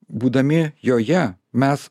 būdami joje mes